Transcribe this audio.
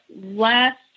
last